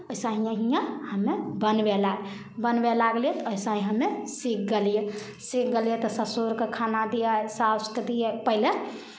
वइसे ही हियाँ हमे बनबय ल बनबय लागलियै तऽ वइसे ही हमे सीख गेलियै सीख गेलियै तऽ ससुरकेँ खाना दियै सासुकेँ खाना दियै पहिले